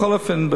בכל אופן,